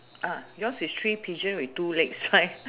uh yours is three pigeon with two legs right